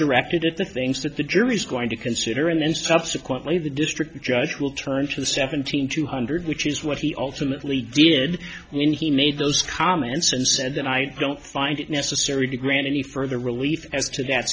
directed at the things that the jury is going to consider and then subsequently the district judge will turn to the seventeen two hundred which is what he ultimately did when he made those comments and said that i don't find it necessary to grant any further relief as to that